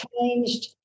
changed